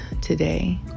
today